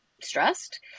stressed